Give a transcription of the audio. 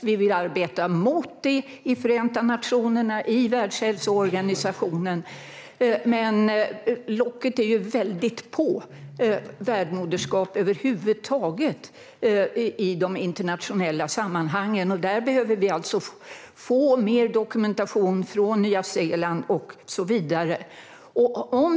Vi vill arbeta mot det i Förenta nationerna och Världshälsoorganisationen, men locket är på när det gäller värdmoderskap över huvud taget i de internationella sammanhangen. Vi behöver alltså få mer dokumentation från Nya Zeeland och så vidare.